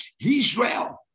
Israel